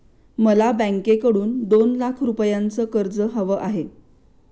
मला बँकेकडून दोन लाख रुपयांचं कर्ज हवं आहे